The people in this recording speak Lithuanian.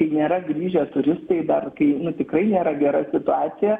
kai nėra grįžę turistai dar kai nu tikrai nėra gera situacija